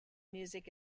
music